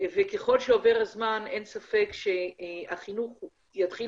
וככל שעובר הזמן אין ספק שהחינוך יתחיל